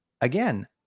again